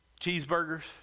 cheeseburgers